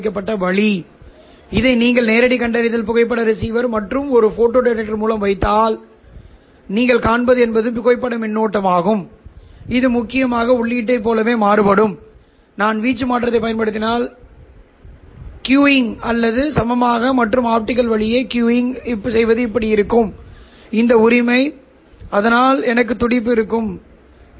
இப்போது இந்த சாதனம் கப்ளரின் இந்த வெளியீடுகளை E1 E2 E3 மற்றும் E4 உடன் ஒரு பொதுவான கப்ளர் உள்ளமைவை எவ்வாறு எழுதுவது என்பதை நாம் ஏற்கனவே பார்த்தோம் மேலும் E3 மற்றும் E4 ஆகியவை 50 க்கு சில மேட்ரிக்ஸால் வகைப்படுத்தப்படுகின்றன 50 கப்ளர் இது 1√2 1 j −j 1 எனவே இது கொடுக்கிறது உள்ளீட்டு உறவுக்கான வெளியீட்டு உறவு